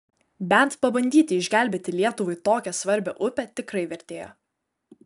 bent pabandyti išgelbėti lietuvai tokią svarbią upę tikrai vertėjo